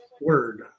Word